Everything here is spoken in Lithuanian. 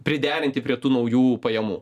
priderinti prie tų naujų pajamų